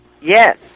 Yes